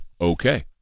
okay